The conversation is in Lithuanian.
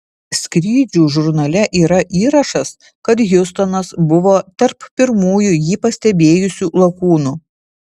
skrydžių žurnale yra įrašas kad hiustonas buvo tarp pirmųjų jį pastebėjusių lakūnų